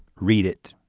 read it.